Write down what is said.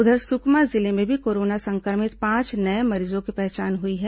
उधर सुकमा जिले में भी कोरोना संक्रमित पांच नये मरीजों की पहचान हुई है